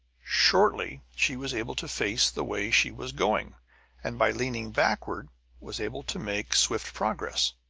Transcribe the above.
shortly she was able to face the way she was going and by leaning backward was able to make swift progress.